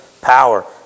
power